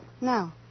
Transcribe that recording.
No